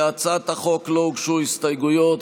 להצעת החוק לא הוגשו הסתייגויות,